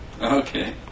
Okay